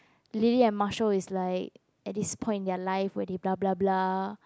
Lily and Marshall is like at this point in their life where they bla bla bla